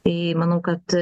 tai manau kad